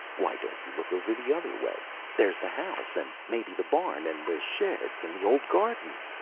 why don't you look over the other way? there's the house and maybe the barn and the sheds and the old garden!